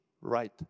right